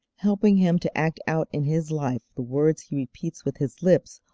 helping him to act out in his life the words he repeats with his lips,